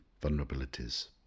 vulnerabilities